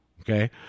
Okay